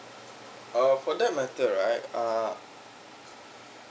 uh for that matter right uh